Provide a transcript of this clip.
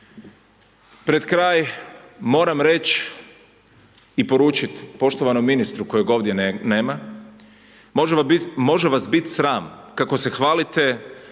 Pred kraj, moram reći i poručiti poštovanom ministru kojeg ovdje nema, može vas biti sram kako se hvalite